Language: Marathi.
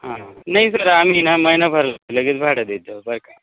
हां हां नाही सर आम्ही ना महिनाभर लगेच भाडं देतो बाकी काय